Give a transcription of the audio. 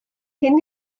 cyn